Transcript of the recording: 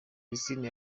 kristina